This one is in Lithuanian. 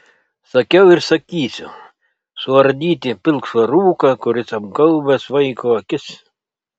sakiau ir sakysiu suardyti pilkšvą rūką kuris apgaubęs vaiko akis